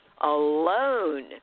alone